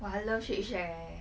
!wah! I love shake shack eh